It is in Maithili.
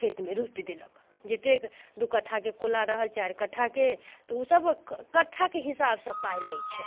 ओ खेतमे रोपि देलक जतेक दू कट्ठाके कोला रहल चारि कट्ठाके तऽ उ सभ कट्ठाके हिसाबसँ पाइ लै छै